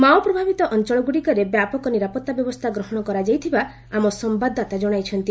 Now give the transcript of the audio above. Mao ପ୍ରଭାବିତ ଅଞ୍ଚଳଗୁଡ଼ିକରେ ବ୍ୟାପକ ନିରପତ୍ତା ବ୍ୟବସ୍ଥା ଗ୍ରହଣ କରାଯାଇଥିବା ଆମ ସମ୍ଭାଦଦାତା ଜଣାଇଛନ୍ତି